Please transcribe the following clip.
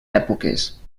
èpoques